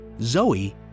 Zoe